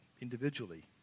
individually